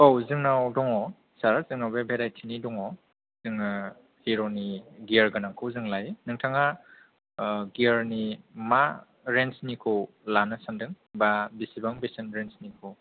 औ जोंनाव दङ सार जोंनाव बे भेराइटिनि दङ जोङो हिर'नि गियारगोनांखौ जों लायो नोंथाङा गियारनि मा रेन्जनिखौ लानो सान्दों एबा बिसिबां बेसेन रेन्जनिखौ